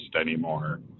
anymore